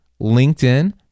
LinkedIn